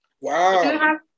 Wow